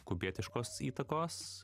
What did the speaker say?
kubietiškos įtakos